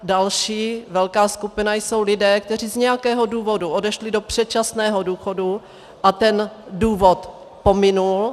Další velká skupina jsou lidé, kteří z nějakého důvodu odešli do předčasného důchodu, a ten důvod pominul.